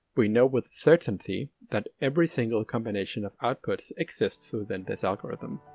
we know with certainty that every single combination of outputs exists within this algorithm.